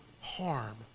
harm